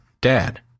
dad